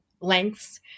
lengths